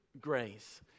grace